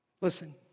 Listen